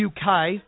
UK